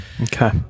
okay